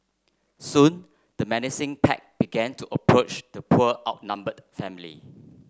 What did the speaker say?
soon the menacing pack began to approach the poor outnumbered family